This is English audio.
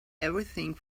everything